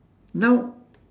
now